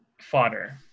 fodder